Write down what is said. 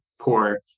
poor